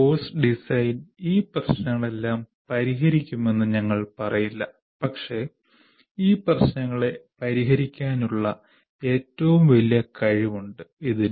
course design ഈ പ്രശ്നങ്ങളെല്ലാം പരിഹരിക്കുമെന്ന് ഞങ്ങൾ പറയില്ല പക്ഷേ ഈ പ്രശ്നങ്ങളെ പരിഹരിക്കാനുള്ള ഏറ്റവും വലിയ കഴിവുണ്ട് ഇതിന്